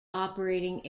operating